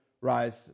rise